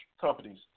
companies